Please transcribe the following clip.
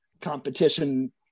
competition